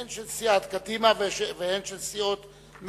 הן של סיעת קדימה והן של סיעות מרצ,